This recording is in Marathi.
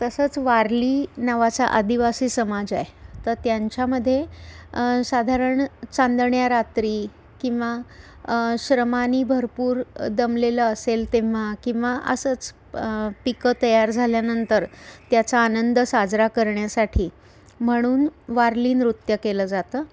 तसंच वारली नावाचा आदिवासी समाज आहे तर त्यांच्यामध्ये साधारण चांदण्यारात्री किंवा श्रमाने भरपूर दमलेलं असेल तेव्हा किंवा असंच पिकं तयार झाल्यानंतर त्याचा आनंद साजरा करण्यासाठी म्हणून वारली नृत्य केलं जातं